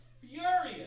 furious